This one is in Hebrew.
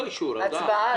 הצבעה.